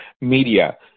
media